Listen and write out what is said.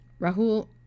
Rahul